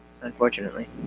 unfortunately